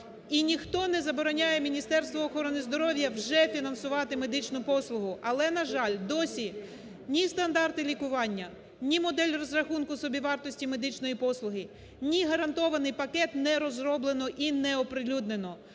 І ніхто не забороняє Міністерству охорони здоров'я вже фінансувати медичну послугу, але, на жаль, досі ні стандарти лікування, ні модель розрахунку собівартості медичної послуги, ні гарантований пакет не розроблено і не оприлюднено,